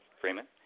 Freeman